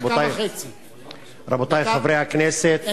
רבותי חברי הכנסת,